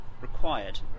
required